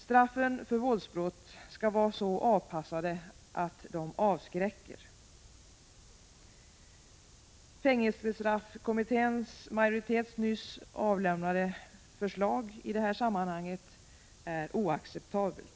Straffen för våldsbrott skall vara så avpassade att de avskräcker. Fängelsestraffkommitténs majoritets nyligen avlämnade förslag i detta sammanhang är oacceptabelt.